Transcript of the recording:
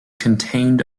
contained